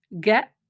get